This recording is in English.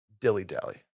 dilly-dally